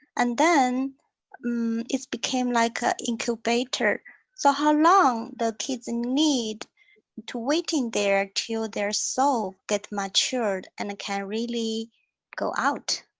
and then it's became like a incubator. so how long the kids need to wait in there till their soul get matured and can really go out?